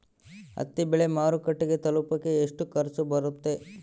ಹತ್ತಿ ಬೆಳೆ ಮಾರುಕಟ್ಟೆಗೆ ತಲುಪಕೆ ಎಷ್ಟು ಖರ್ಚು ಬರುತ್ತೆ?